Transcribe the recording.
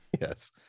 yes